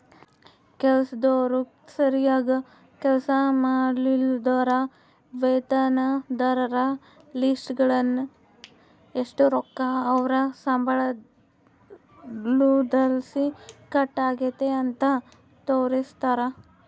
ಕೆಲಸ್ದೋರು ಸರೀಗ್ ಕೆಲ್ಸ ಮಾಡ್ಲಿಲ್ಲುದ್ರ ವೇತನದಾರರ ಲಿಸ್ಟ್ನಾಗ ಎಷು ರೊಕ್ಕ ಅವ್ರ್ ಸಂಬಳುದ್ಲಾಸಿ ಕಟ್ ಆಗೆತೆ ಅಂತ ತೋರಿಸ್ತಾರ